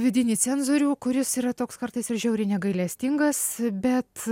vidinį cenzorių kuris yra toks kartais ir žiauriai negailestingas bet